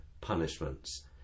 punishments